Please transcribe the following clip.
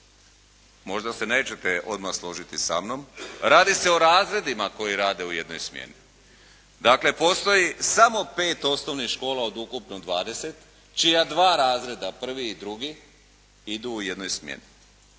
Možda se nećete odmah složiti sa mnom. Radi se o razredima koji rade u jednoj smjeni. Dakle, postoji samo pet osnovnih škola od ukupno 20 čija dva razreda prvi i drugi idu u jednoj smjeni.